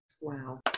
Wow